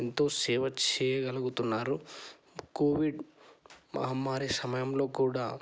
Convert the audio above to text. ఎంతో సేవ చేయగలుగుతున్నారు కోవిడ్ మహమ్మారి సమయంలో కూడా